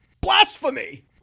blasphemy